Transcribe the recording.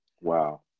wow